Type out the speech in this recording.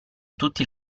tutti